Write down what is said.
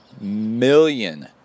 million